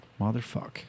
Motherfuck